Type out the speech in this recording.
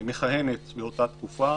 מכהנת באותה תקופה.